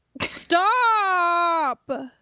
stop